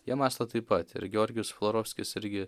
jie mąsto taip pat ir georgijus florovskis irgi